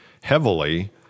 heavily